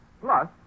plus